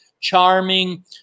charming